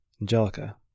Angelica